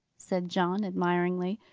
said john admiringly.